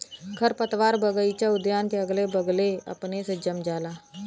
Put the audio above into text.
खरपतवार बगइचा उद्यान के अगले बगले अपने से जम जाला